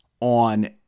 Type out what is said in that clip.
on